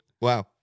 Wow